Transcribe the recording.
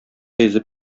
йөзеп